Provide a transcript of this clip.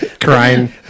crying